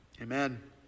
Amen